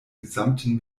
gesamten